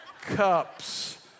cups